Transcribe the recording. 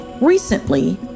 Recently